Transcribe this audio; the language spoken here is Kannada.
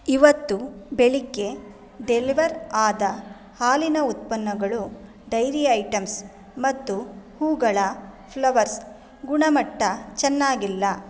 ಇವತ್ತು ಬೆಳಿಗ್ಗೆ ಡೆಲಿವರ್ ಆದ ಹಾಲಿನ ಉತ್ಪನ್ನಗಳು ಡೈರಿ ಐಟಮ್ಸ್ ಮತ್ತು ಹೂಗಳ ಫ್ಲವರ್ಸ್ ಗುಣಮಟ್ಟ ಚೆನ್ನಾಗಿಲ್ಲ